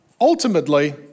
ultimately